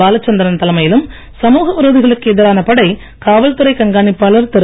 பாலச்சந்திரன் தலைமையிலும் சமூக விரோதிகளுக்கு எதிரான படை காவல்துறை கண்காணிப்பாளர் திரு